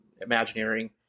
Imagineering